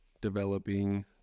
developing